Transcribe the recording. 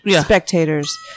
spectators